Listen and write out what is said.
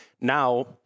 Now